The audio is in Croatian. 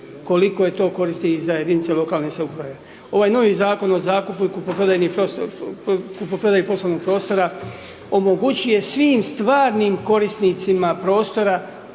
koliko je to koristi za jedinice lokalne samouprave. Ovaj novi Zakon o zakupu i kupoprodaji poslovnog prostora omogućuje svim stvarnim korisnicima prostora